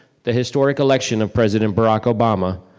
the historic election of president barak obama,